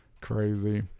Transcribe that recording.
Crazy